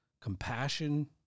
compassion